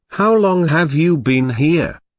how long have you been here?